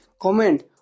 comment